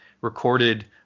recorded